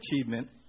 achievement